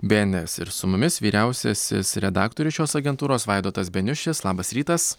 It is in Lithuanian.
bns ir su mumis vyriausiasis redaktorius šios agentūros vaidotas beniušis labas rytas